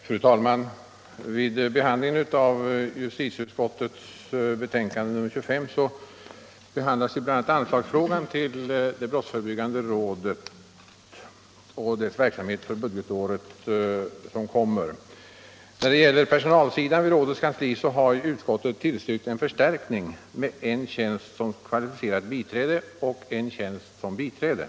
Fru talman! I justitieutskottets betänkande nr 25 behandlas bl.a. även frågan om anslag till brottsförebyggande rådet för det kommande budgetåret. Utskottet har tillstyrkt en förstärkning av rådets kansli med en tjänst som kvalificerat biträde och en tjänst som biträde.